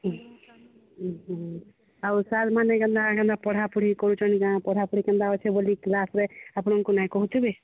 ହୁଁ ହୁଁ ହୁଁ ଆଉ ସାର୍ମାନେ କେନ୍ତା କେନ୍ତା ପଢ଼ାପଢ଼ି କରୁଛନ୍ତି କାଣା ପଢ଼ାପଢ଼ି କେନ୍ତା ଅଛି ବୋଲି କ୍ଲାସ୍ରେ ଆପଣଙ୍କୁ ନାଇଁ କହୁଥିବେ